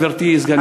גברתי סגנית השר.